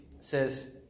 says